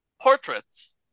Portraits